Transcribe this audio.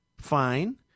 fine